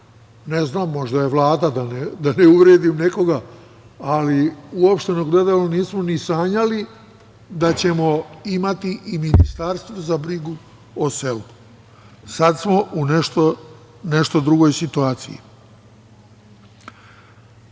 ne znam, možda je Vlada, da ne uvredim nekoga, ali uopšteno gledano, nismo ni sanjali da ćemo imati i Ministarstvo za brigu o selu. Sada smo u nešto drugačijoj situaciji. Ima